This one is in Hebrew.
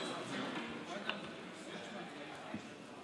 (תיקוני חקיקה),